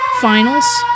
finals